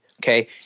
Okay